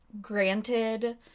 granted